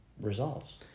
results